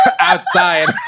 outside